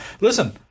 listen